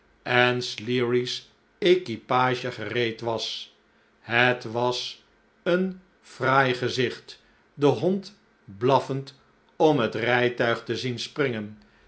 en sleary's equipage gereed was het was een fraai gezicht den hond blaffend om het rijtuig te zien springen